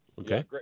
Okay